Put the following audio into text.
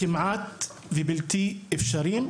הוא כמעט בלתי אפשרי.